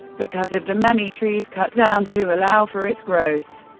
because of the many trees cut down to allow for its growth.